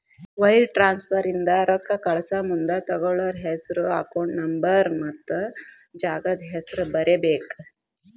wire transfer ಇಂದ ರೊಕ್ಕಾ ಕಳಸಮುಂದ ತೊಗೋಳ್ಳೋರ್ ಹೆಸ್ರು ಅಕೌಂಟ್ ನಂಬರ್ ಅಮೌಂಟ್ ಮತ್ತ ಜಾಗದ್ ಹೆಸರ ಬರೇಬೇಕ್